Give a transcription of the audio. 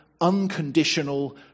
unconditional